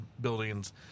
buildings